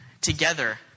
together